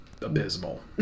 abysmal